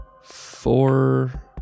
four